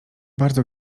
bardzo